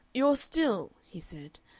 you're still, he said,